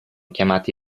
chiamate